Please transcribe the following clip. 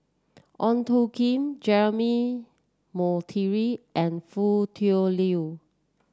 Ong Tjoe Kim Jeremy Monteiro and Foo Tui Liew